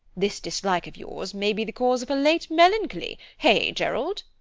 this dislike of yours may be the cause of her late melancholy, hey, gerald?